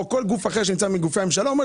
או כל גוף אחר שנמצא מגופי הממשלה אומר,